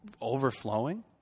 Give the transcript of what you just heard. overflowing